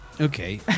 Okay